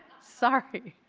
sorry.